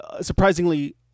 surprisingly